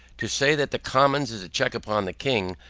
to say that the commons is a check upon the king,